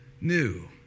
new